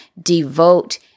devote